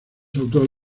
autor